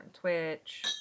Twitch